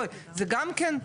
זה גם כן,